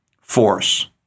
force